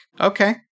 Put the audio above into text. okay